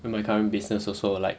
with my current business also like